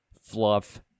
fluff